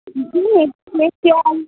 bleach facial